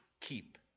keep